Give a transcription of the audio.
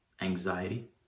anxiety